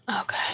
Okay